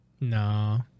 No